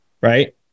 right